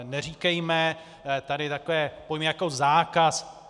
Neříkejme tady takové pojmy jako zákaz.